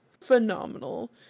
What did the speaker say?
phenomenal